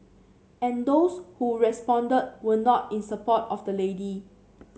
and those who responded were not in support of the lady